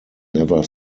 never